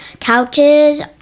couches